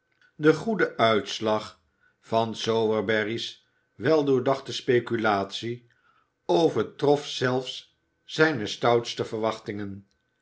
de goede uitslag van sowerberry's weldoordachte speculatie overtrof zelfs zijne stoutste verwachtingen